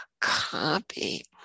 copy